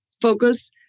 focus